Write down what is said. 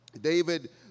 David